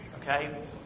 Okay